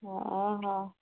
ହଁ ହଁ